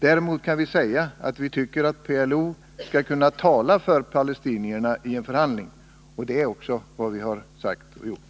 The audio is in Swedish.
Däremot kan vi säga att vi anser att PLO skall kunna tala för palestinierna i en förhandling. Det är också vad vi har sagt och gjort.